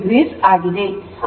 3o ಆಗಿದೆ